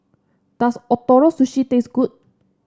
does Ootoro Sushi taste good